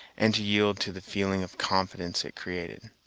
and to yield to the feeling of confidence it created.